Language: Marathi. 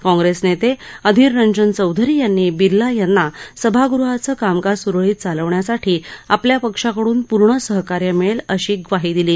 काँग्रेस नेते अधीर रंजन चौधरी यांनी बिर्ला यांना सभागृहाचं कामकाज सुरळीत चालवण्यासाठी आपल्या पक्षाकडून पूर्ण सहकार्य मिळेल अशी ग्वाही दिली